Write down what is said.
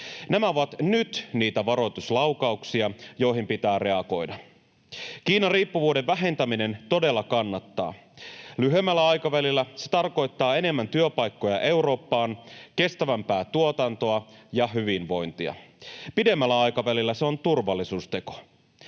Nämä ovat nyt niitä varoituslaukauksia, joihin pitää reagoida. Kiina-riippuvuuden vähentäminen todella kannattaa. Lyhyemmällä aikavälillä se tarkoittaa enemmän työpaikkoja Eurooppaan, kestävämpää tuotantoa ja hyvinvointia. Pidemmällä aikavälillä se on turvallisuusteko.